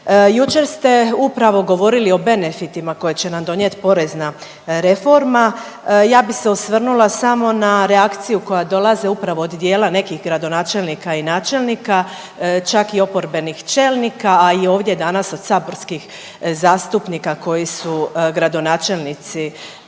Jučer ste upravo govorili o benefitima koje će nam donijeti porezna reforma. Ja bih se osvrnula samo na reakciju koja dolaze upravo od dijela nekih gradonačelnika i načelnika čak i oporbenih čelnika, a i ovdje danas od saborskih zastupnika koji su gradonačelnici